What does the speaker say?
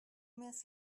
miss